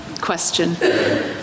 Question